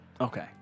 Okay